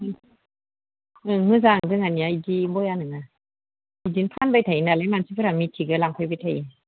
उम उम मोजां जोंहानिया बिदि बया नङा बिदि फानबाय थायो नालाय मानसिफोरा मिथिग्राया लांफैबाय थायो